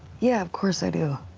yeah, of course i do.